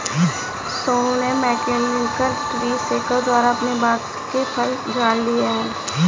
सोनू ने mechanical tree shaker द्वारा अपने बाग के फल झाड़ लिए है